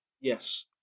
Yes